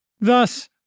Thus